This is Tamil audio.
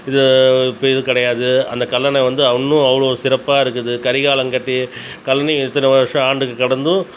இது பே இதுவும் கிடையாது அந்தக் கல்லணை வந்து இன்னும் அவ்வளோ சிறப்பாக இருக்குது கரிகாலன் கட்டிய கல்லணை எத்தினி வருஷம் ஆண்டு கடந்தும்